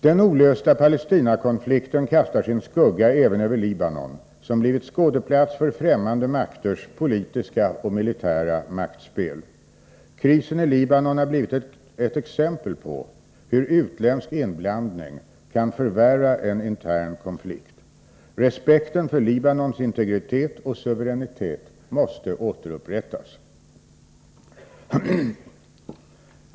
Den olösta Palestinakonflikten kastar sin skugga även över Libanon, som blivit skådeplats för fftämmande krafters politiska och militära maktspel. Krisen i Libanon har blivit ett exempel på hur utländsk inblandning kan förvärra en intern konflikt. Respekten för Libanons integritet och suveränitet måste återupprättas.